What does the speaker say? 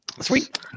Sweet